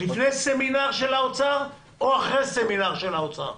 לפני סמינר של האוצר או אחרי סמינר של האוצר?